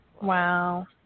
Wow